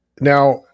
Now